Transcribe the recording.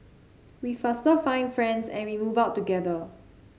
we faster find friends and we move out together